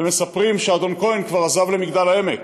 ומספרים שאדון כהן כבר עזב למגדל-העמק,